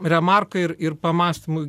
remarka ir ir pamąstymui